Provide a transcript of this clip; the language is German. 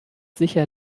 sicher